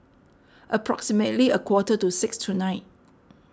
approximately a quarter to six tonight